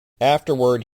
afterward